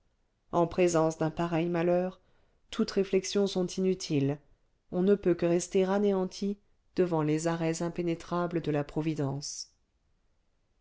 en présence d'un pareil malheur toutes réflexions sont inutiles on ne peut que rester anéanti devant les arrêts impénétrables de la providence